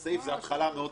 זו התחלה מאוד טובה.